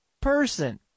person